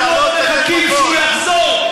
אנחנו עוד מחכים שהוא יחזור,